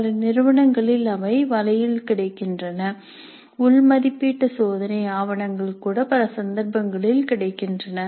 பல நிறுவனங்களில் அவை வலையில் கிடைக்கின்றன உள் மதிப்பீட்டு சோதனை ஆவணங்கள் கூட பல சந்தர்ப்பங்களில் கிடைக்கின்றன